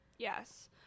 Yes